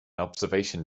observation